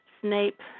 Snape